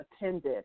attended